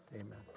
Amen